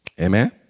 Amen